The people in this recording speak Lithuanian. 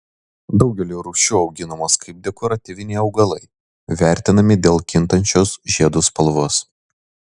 daugelio rūšių auginamos kaip dekoratyviniai augalai vertinami dėl kintančios žiedų spalvos